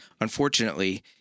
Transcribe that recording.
Unfortunately